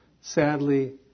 sadly